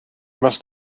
must